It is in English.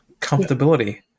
comfortability